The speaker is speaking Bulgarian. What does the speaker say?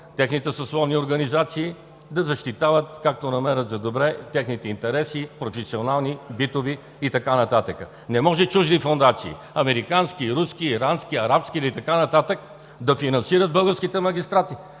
техните съсловни организации да защитават, както намерят за добре, техните интереси – професионални, битови и така нататък. Не може чужди фондации – американски, руски, ирански, арабски или така нататък, да финансират българските магистрати.